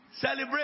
celebrate